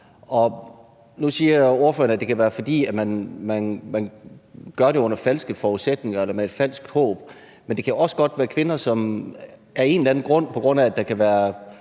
Nu siger ordføreren, at det kan være, fordi man gør det under falske forudsætninger eller ud fra et falsk håb, men det kan også godt være kvinder, som af en eller anden grund – på grund af at der kan være